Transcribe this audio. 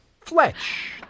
Fletch